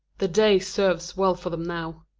the day serves well for them now.